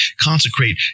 consecrate